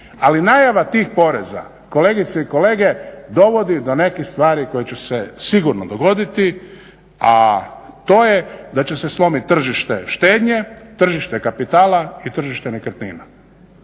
ali najava tih poreza kolegice i kolege dovodi do nekih stvari koje će se sigurno dogoditi, a to je da će se slomiti tržište štednje, tržište kapitala i tržište nekretnina.